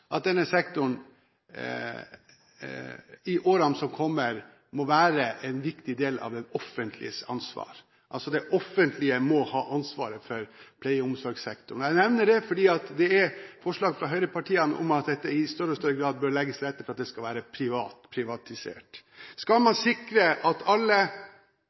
at denne sektoren i årene som kommer, må være en viktig del av det offentliges ansvar. Det offentlige må altså ha ansvaret for pleie- og omsorgssektoren. Jeg nevner det fordi det er forslag fra høyrepartiene om at det i større og større grad bør legges til rette for at sektoren skal være privatisert. Skal man sikre at alle